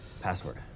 Password